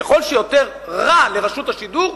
ככל שיותר רע לרשות השידור,